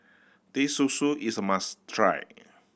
Teh Susu is a must try